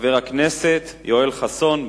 חבר הכנסת יואל חסון.